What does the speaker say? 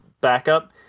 backup